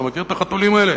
אתה מכיר את החתולים האלה?